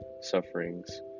sufferings